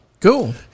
Cool